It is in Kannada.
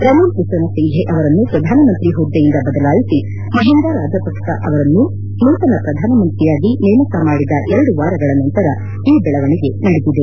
ರನಿಲ್ ವಿಕ್ರಂಸಿಂಘೆ ಅವರನ್ನು ಪ್ರಧಾನಮಂತ್ರಿ ಹುದ್ಲೆಯಿಂದ ಬದಲಾಯಿಸಿ ಮಹಿಂದಾ ರಾಜಪಕ್ಷ ಅವರನ್ನು ನೂತನ ಪ್ರಧಾನಮಂತ್ರಿಯಾಗಿ ನೇಮಕ ಮಾಡಿದ ಎರಡು ವಾರಗಳ ನಂತರ ಈ ದೆಳವಣಿಗೆ ನಡೆದಿದೆ